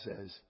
says